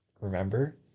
remember